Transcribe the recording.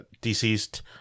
Deceased